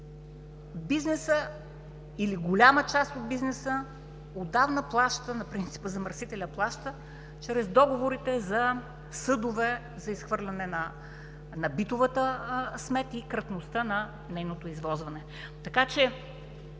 бизнесът или голяма част от бизнеса, отдавна плаща на принципа „Замърсителят плаща“ чрез договорите за съдове за изхвърляне на битовата смет и кратността на нейното извозване, така че